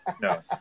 No